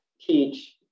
teach